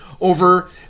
over